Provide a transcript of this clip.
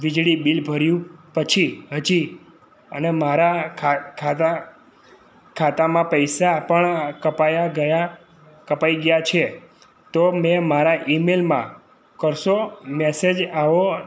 વીજળી બિલ ભર્યું પછી હજી અને મારા ખાતા ખાતામાં પૈસા પણ કપાઈ ગયા કપાઈ ગયા છે તો મેં મારા ઈમેલમાં કરસો મેસેજ આવો